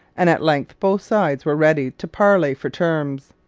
and at length both sides were ready to parley for terms.